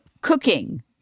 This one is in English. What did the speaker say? Cooking